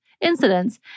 incidents